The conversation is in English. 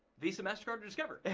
visa, mastercard or discover.